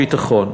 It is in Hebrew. ביטחון.